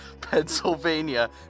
Pennsylvania